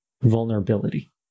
vulnerability